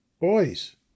Boys